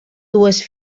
dues